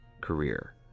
career